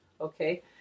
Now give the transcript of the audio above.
Okay